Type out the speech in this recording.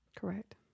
Correct